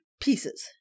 Pieces